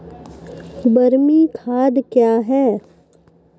बरमी खाद कया हैं?